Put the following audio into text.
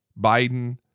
Biden